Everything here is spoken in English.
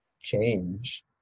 change